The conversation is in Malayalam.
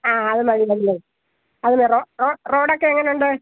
ആ അതുമതി മതി മതി അത് വേണം റോഡ് ഒക്കെ എങ്ങനെ ഉണ്ട്